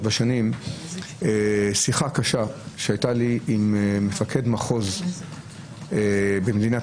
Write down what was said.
השנים שיחה קשה שהיתה לי עם מפקד מחוז של משטרה במדינת